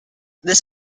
this